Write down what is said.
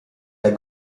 der